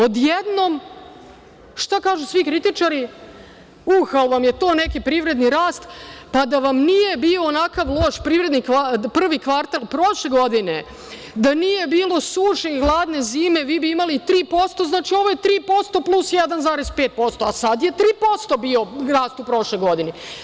Odjednom, šta kažu svi kritičari – uh, ala vam je to neki privredni rast, pa da vam nije bio onako loš privredni rast, odnosno prvi kvartal prošlo godine, da nije bilo suše i hladne zime, vi bi imali 3%, znači, ovih 3% plus 1,5%, a sada je 3% bio rast u prošloj godini.